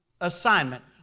assignment